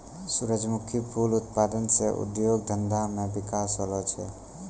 सुरजमुखी फूल उत्पादन से उद्योग धंधा मे बिकास होलो छै